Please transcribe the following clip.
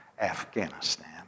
Afghanistan